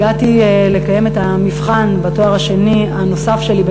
והגעתי למבחן בתואר השני הנוסף שלי,